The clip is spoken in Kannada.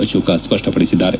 ಅಶೋಕ ಸ್ಪಷ್ಟಪಡಿಸಿದ್ದಾರೆ